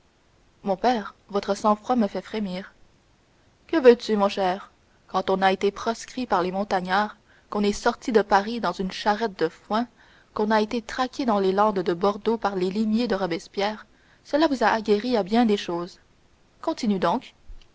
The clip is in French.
mon père votre sang-froid me fait frémir que veux-tu mon cher quand on a été proscrit par les montagnards qu'on est sorti de paris dans une charrette de foin qu'on a été traqué dans les landes de bordeaux par les limiers de robespierre cela vous a aguerri à bien des choses continue donc